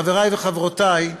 חברי וחברותי,